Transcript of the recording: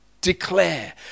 declare